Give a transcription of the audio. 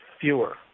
fewer